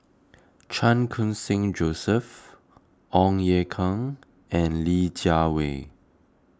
Chan Khun Sing Joseph Ong Ye Kung and Li Jiawei